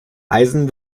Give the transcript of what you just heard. eisen